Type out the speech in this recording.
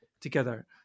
together